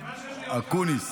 אקוּניס.